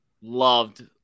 Loved